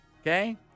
Okay